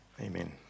Amen